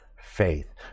faith